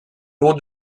autre